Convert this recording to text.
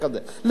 להיפך,